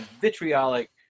vitriolic